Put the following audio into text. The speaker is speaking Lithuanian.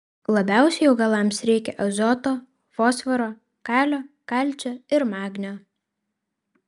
labiausiai augalams reikia azoto fosforo kalio kalcio ir magnio